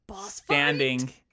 standing